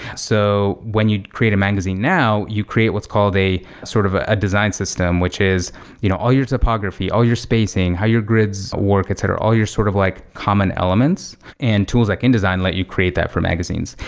so when you'd create a magazine now, you create what's called a sort of a a design system, which is you know all your topography, all your spacing, how your grids work, etc. all your sort of like common elements and tools like indesign let you create that for magazines.